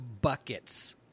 buckets